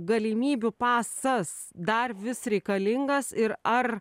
galimybių pasas dar vis reikalingas ir ar